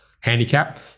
handicap